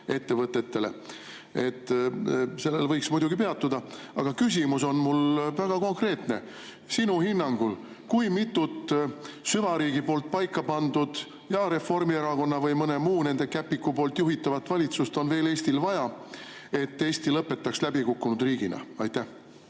ettevõtete asemel. Sellel võiks muidugi peatuda. Aga küsimus on mul väga konkreetne. Sinu hinnangul, kui mitut süvariigi paikapandud ja Reformierakonna või mõne muu nende käpiku juhitavat valitsust on veel Eestil vaja, et Eesti lõpetaks läbikukkunud riigina? Aitäh,